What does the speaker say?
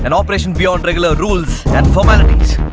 and operation beyond regular rules and formalities